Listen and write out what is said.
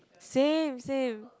same same